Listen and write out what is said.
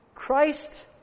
Christ